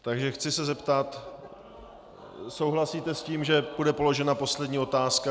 Takže chci se zeptat souhlasíte s tím, že bude položena poslední otázka?